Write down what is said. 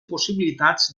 possibilitats